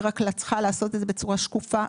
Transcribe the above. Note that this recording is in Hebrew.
היא רק צריכה לעשות את זה בצורה שקופה,